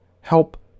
help